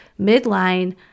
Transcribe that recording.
midline